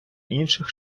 інших